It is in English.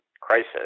crisis